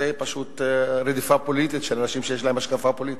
זה פשוט רדיפה פוליטית של אנשים שיש להם השקפה פוליטית.